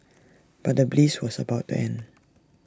but the bliss was about to end